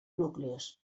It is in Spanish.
núcleos